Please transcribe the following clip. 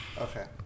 Okay